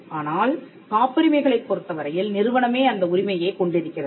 ஆனால் காப்புரிமைகளைப் பொறுத்தவரையில் நிறுவனமே அந்த உரிமையைக் கொண்டிருக்கிறது